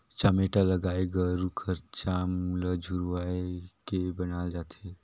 चमेटा ल गाय गरू कर चाम ल झुरवाए के बनाल जाथे